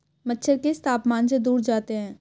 मच्छर किस तापमान से दूर जाते हैं?